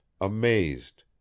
amazed